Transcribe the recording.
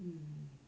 mm